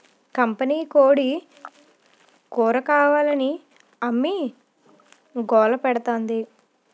కంపినీకోడీ కూరకావాలని అమ్మి గోలపెడతాంది